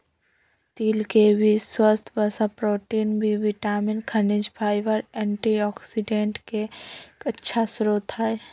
तिल के बीज स्वस्थ वसा, प्रोटीन, बी विटामिन, खनिज, फाइबर, एंटीऑक्सिडेंट के एक अच्छा स्रोत हई